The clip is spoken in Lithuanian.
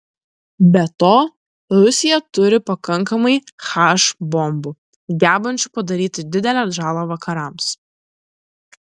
be to rusija turi pakankamai h bombų gebančių padaryti didelę žalą vakarams